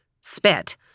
spit